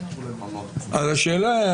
אז השאלה,